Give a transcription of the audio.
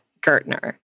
Gertner